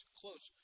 close